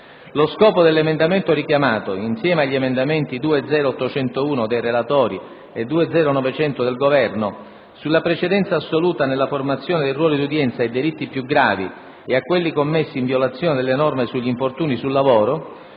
lo scopo dell'emendamento richiamato - insieme agli emendamenti 2.0.801 dei relatori e 2.0.900 del Governo, sulla precedenza assoluta nella formazione dei ruoli d'udienza ai delitti più gravi e a quelli commessi in violazione delle norme sugli infortuni sul lavoro,